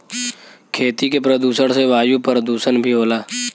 खेती के प्रदुषण से वायु परदुसन भी होला